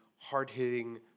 hard-hitting